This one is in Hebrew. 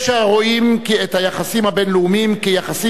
יש הרואים את היחסים הבין-לאומיים כיחסים